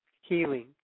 healing